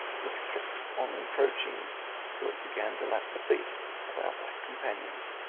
which kept on encroaching till it began to lap the feet of our black companions.